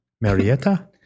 marietta